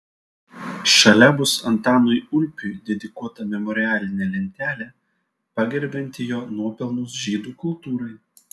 šalia bus antanui ulpiui dedikuota memorialinė lentelė pagerbianti jo nuopelnus žydų kultūrai